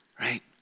Right